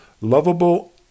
lovable